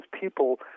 people